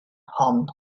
hon